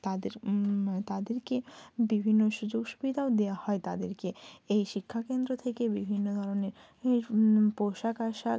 তাদের তাদেরকে বিভিন্ন সুযোগ সুবিধাও দেওয়া হয় তাদেরকে এই শিক্ষাকেন্দ্র থেকে বিভিন্ন ধরনের এর পোশাক আশাক